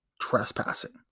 trespassing